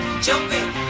jumping